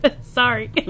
Sorry